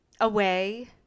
away